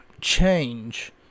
change